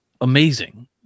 amazing